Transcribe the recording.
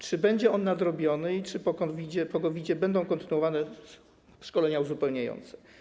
Czy będzie on nadrobiony i czy po COVID-zie będą kontynuowane szkolenia uzupełniające?